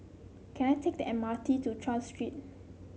can I take the M R T to Tras Street